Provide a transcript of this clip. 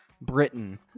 Britain